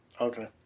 Okay